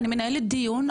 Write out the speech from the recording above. אני מנהלת דיון,